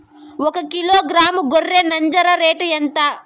ఒకకిలో గ్రాము గొర్రె నంజర రేటు ఎంత?